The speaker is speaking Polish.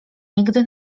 nigdy